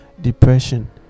depression